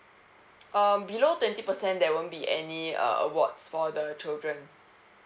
um below twenty percent there won't be any uh awards for the children